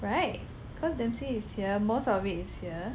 right cause Dempsey is here most of it is here